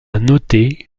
noter